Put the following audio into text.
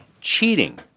cheating